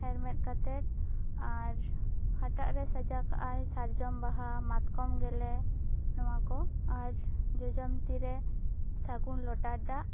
ᱦᱮᱨᱢᱮᱫ ᱠᱟᱛᱮᱜ ᱟᱨ ᱦᱟᱴᱟᱜ ᱨᱮᱭ ᱥᱟᱡᱟᱣ ᱠᱟᱜᱼᱟᱭ ᱥᱟᱨᱡᱚᱢ ᱵᱟᱦᱟ ᱢᱟᱛᱠᱚ ᱜᱮᱞᱮ ᱱᱚᱣᱟ ᱠᱚ ᱟᱨ ᱡᱚᱡᱚᱢ ᱛᱤ ᱨᱮ ᱥᱟᱹᱜᱩᱱ ᱞᱚᱴᱟ ᱫᱟᱜ